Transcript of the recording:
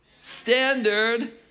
standard